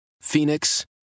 Phoenix